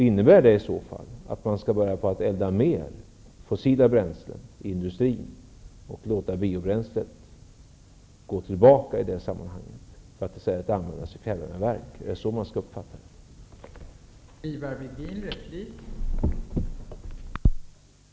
Innebär det i så fall att man skall börja elda mer fossila bränslen i industrin och låta biobränslet gå tillbaka, för att i stället användas i fjärrvärmeverk? Är det så man skall uppfatta detta?